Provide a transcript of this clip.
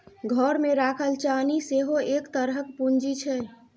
घरमे राखल चानी सेहो एक तरहक पूंजी छै